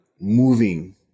moving